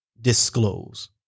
disclose